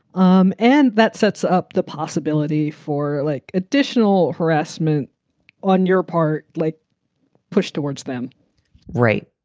um and that sets up the possibility for like additional harassment on your part, like push towards them right.